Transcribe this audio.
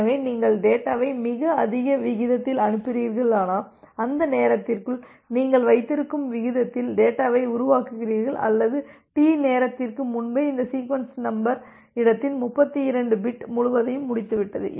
எனவே நீங்கள் டேட்டாவை மிக அதிக விகிதத்தில் அனுப்புகிறீர்களானால் அந்த நேரத்திற்குள் நீங்கள் வைத்திருக்கும் விகிதத்தில் டேட்டாவை உருவாக்குகிறீர்கள் அல்லது டி நேரத்திற்கு முன்பே இந்த சீக்வென்ஸ் நம்பர் இடத்தின் 32 பிட் முழுவதையும் முடித்துவிட்டது